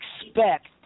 expect